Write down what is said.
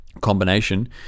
combination